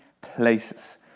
places